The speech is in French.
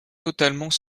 totalement